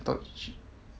thought sh~